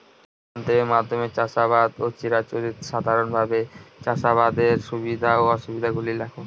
যন্ত্রের মাধ্যমে চাষাবাদ ও চিরাচরিত সাধারণভাবে চাষাবাদের সুবিধা ও অসুবিধা গুলি লেখ?